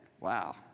Wow